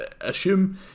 assume